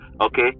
okay